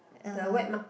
(uh huh)